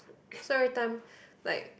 so everytime like